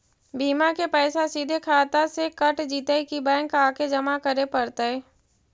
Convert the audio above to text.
बिमा के पैसा सिधे खाता से कट जितै कि बैंक आके जमा करे पड़तै?